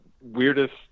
weirdest